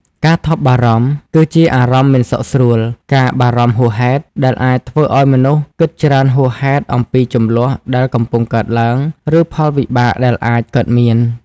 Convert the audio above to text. ការថប់បារម្ភ គឺជាអារម្មណ៍មិនសុខស្រួល ការបារម្ភហួសហេតុ ដែលអាចធ្វើឲ្យមនុស្សគិតច្រើនហួសហេតុអំពីជម្លោះដែលកំពុងកើតឡើង ឬផលវិបាកដែលអាចកើតមាន។